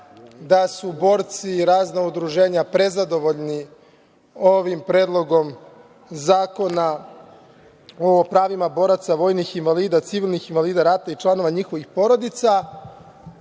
da su borci i razna udruženja prezadovoljni ovim Predlogom zakona o pravima boraca vojnih invalida, civilnih invalida rata i članova njihovih porodica,